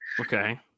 Okay